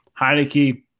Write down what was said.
Heineke